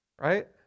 right